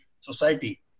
society